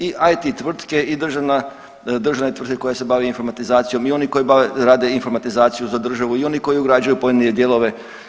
I IT tvrtke i državne tvrtke koje se bave informatizacijom i oni koji rade informatizaciju za državu i oni koju ugrađuju pojedine dijelove.